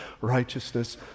righteousness